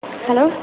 hello